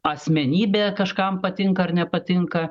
asmenybė kažkam patinka ar nepatinka